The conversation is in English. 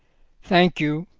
thank you,